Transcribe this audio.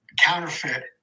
counterfeit